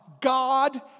God